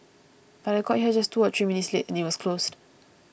but I got here just two or three minutes late and it was closed